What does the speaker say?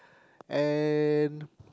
and